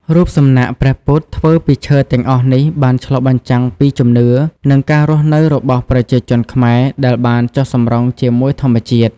រូបសំណាកព្រះពុទ្ធធ្វើពីឈើទាំងអស់នេះបានឆ្លុះបញ្ចាំងពីជំនឿ និងការរស់នៅរបស់ប្រជាជនខ្មែរដែលបានចុះសម្រុងជាមួយធម្មជាតិ។